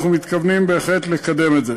אנחנו מתכוונים בהחלט לקדם את זה.